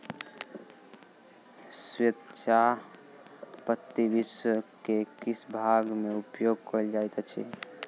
श्वेत चाह पत्ती विश्व के किछ भाग में उपयोग कयल जाइत अछि